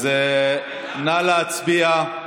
אז נא להצביע.